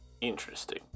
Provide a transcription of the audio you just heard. Interesting